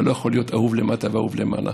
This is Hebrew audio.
אתה לא יכול להיות אהוב למטה ואהוב למעלה.